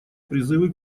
призывы